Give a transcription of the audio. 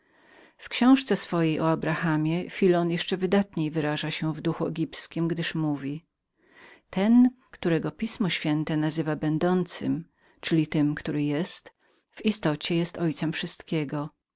w książce swojej o abrahamie filon jeszcze wydatniej wyraża się w duchu egipskim gdyż mówi ten którego pismo święte nazywa będącym czyli tym który jest w istocie jest ojcem wszystkiego